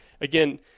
again